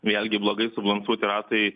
vėlgi blogai subalansuoti ratai